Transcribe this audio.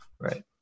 Right